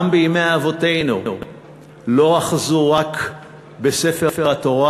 גם בימי אבותינו לא אחזו רק בספר התורה